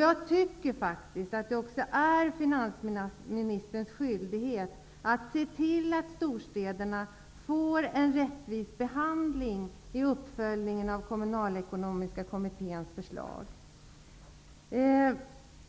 Jag tycker att det är finansministerns skyldighet att se till att storstäderna får en rättvis behandling i uppföljningen av Jag vill säga några